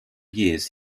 years